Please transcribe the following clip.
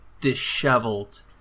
disheveled